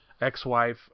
ex-wife